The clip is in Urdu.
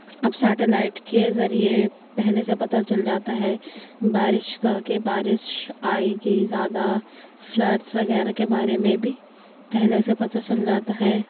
اب سیٹلائٹ کے ذریعے پہلے سے پتا چل جاتا ہے بارش کا کہ بارش آئے گی زیادہ فلڈس وغیرہ کے بارے میں بھی پہلے سے پتا چل جاتا ہے